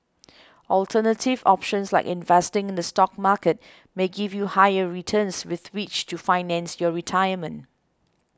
alternative options like investing in the stock market may give you higher returns with which to finance your retirement